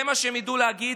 זה מה שהם ידעו להגיד,